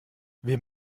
wir